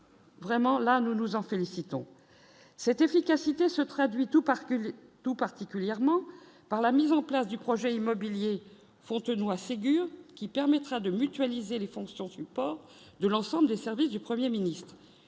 Vraiment, là, nous nous en félicitons, cette efficacité se traduit tout particulier tout particulièrement par la mise en place du projet immobilier Fontenoy figure qui permettra de mutualiser les fonctions support de l'ensemble des services du 1er ministre